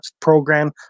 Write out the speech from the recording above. program